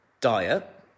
diet